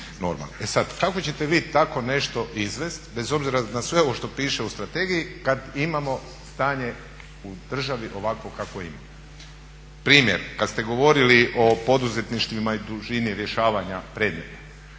E sad, kako ćete vi tako nešto izvest bez obzira na sve ovo što piše u strategiji kad imamo stanje u državi ovakvo kakvo imamo. Primjer kad ste govorili o poduzetništvima i dužini rješavanja predmeta.